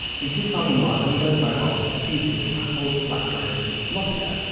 in two thousand and nine windows mobile was competing with apple, blackberry, and nokia,